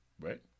Right